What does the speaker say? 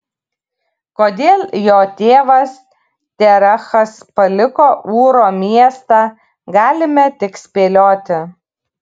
kodėl jo tėvas terachas paliko ūro miestą galime tik spėlioti